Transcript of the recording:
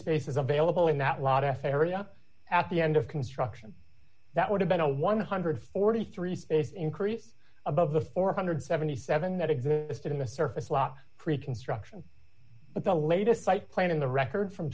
lot s area at the end of construction that would have been a one hundred and forty three space increase above the four hundred and seventy seven that existed in the surface lot pre construction but the latest site plan in the record from